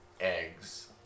eggs